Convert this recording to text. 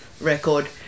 record